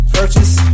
purchase